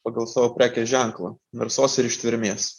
pagal savo prekės ženklą narsos ir ištvermės